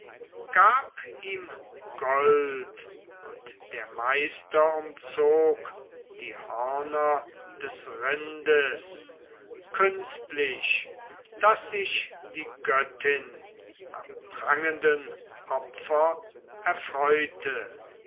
gab ihm gold und der meister umzog die hörner des rindes künstlich daß sich die göttin am prangenden opfer erfreute